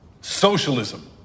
Socialism